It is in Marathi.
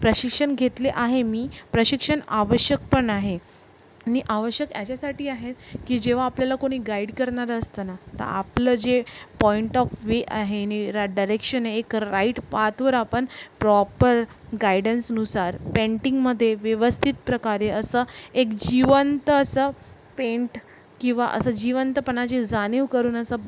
प्रशिक्षण घेतले आहे मी प्रशिक्षण आवश्यक पण आहे नि आवश्यक याच्यासाठी आहे की जेव्हा आपल्याला कोणी गाईड करणारं असतं ना तर आपलं जे पॉईंट ऑफ वे आहे नि रा डायरेक्शन एक राईट पातवर आपण प्रॉपर गायडन्सनुसार पेंटिंगमध्ये व्यवस्थित प्रकारे असं एक जिवंत असं पेंट किंवा असं जिवंतपणाची जाणीव करून असं